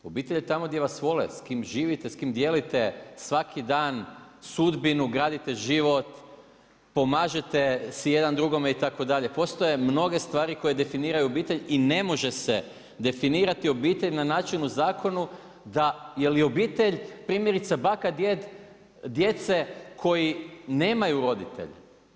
Obitelj je tamo gdje vas vole, s kim živite, s kim dijelite svaki dan sudbinu, gradite život, pomažete si jedan drugome itd. postoje mnoge stvari koje definiraju obitelj i ne može se definirati obitelj na način u zakonu da jel je obitelj primjerice baka, djed djece koji nemaju roditelje.